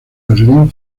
berlín